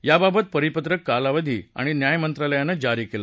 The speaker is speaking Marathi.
याबाबत परिपत्रक कालाविधी आणि न्यायमंत्रालयानं जारी केलं